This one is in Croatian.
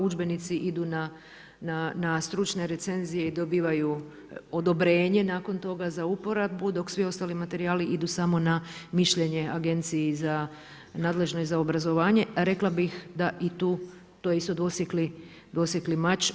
Udžbenici idu na stručne recenzije i dobivaju odobrenje nakon toga za uporabu, dok svi ostali materijali idu samo na mišljenje agenciji za nadležnoj za obrazovanje, rekla bih da je to isto dvosjekli mač.